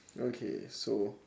okay so